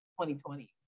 2020